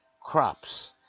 crops